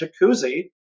jacuzzi